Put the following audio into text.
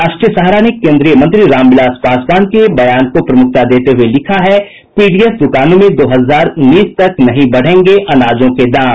राष्ट्रीय सहारा ने केन्द्रीय मंत्री रामविलास पासवान के बयान को प्रमुखता देते हुये लिखा है पीडीएस दुकानों में दो हजार उन्नीस तक नहीं बढ़ेंगे अनाजों के दाम